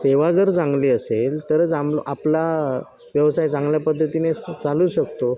सेवा जर चांगली असेल तरच आमल् आपला व्यवसाय चांगल्या पद्धतीनेच चालू शकतो